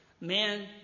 Man